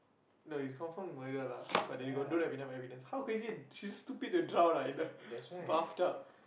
no is confirm murder lah but they don't have enough evidence how crazy she stupid to drown ah in the bath tub